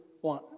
one